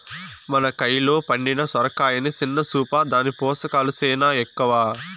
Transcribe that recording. మన కయిలో పండిన సొరకాయని సిన్న సూపా, దాని పోసకాలు సేనా ఎక్కవ